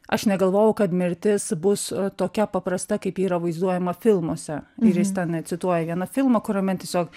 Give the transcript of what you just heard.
aš negalvojau kad mirtis bus tokia paprasta kaip ji yra vaizduojama filmuose ir jis ten cituoja vieną filmą kuriame tiesiog